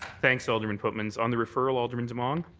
thanks, alderman pootmans. on the referral, alderman demong?